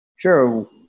Sure